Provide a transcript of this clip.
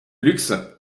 luxe